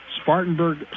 Spartanburg